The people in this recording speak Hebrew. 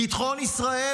ביטחון ישראל,